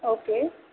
okay